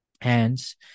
hands